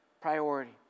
priority